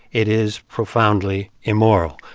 it is profoundly immoral.